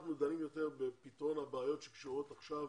אנחנו דנים יותר בפתרון הבעיות שקשורות עכשיו